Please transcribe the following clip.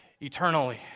eternally